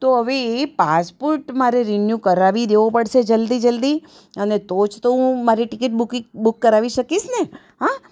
તો હવે એ પાસપોટ મારે રીન્યુ કરાવી દેવો પડશે જલ્દી જલ્દી અને તો જ તો હું મારી ટિકિટ બુક કરાવી શકીશ ને હં